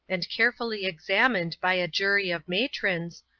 and carefully examined by a jury of matrons,